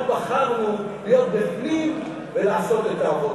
אנחנו בחרנו להיות בפנים ולעשות את העבודה.